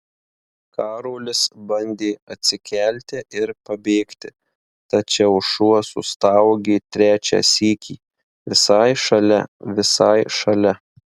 karolis bandė atsikelti ir pabėgti tačiau šuo sustaugė trečią sykį visai šalia visai šalia